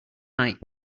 night